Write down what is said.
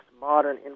modern